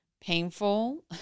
painful